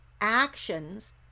actions